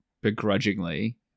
begrudgingly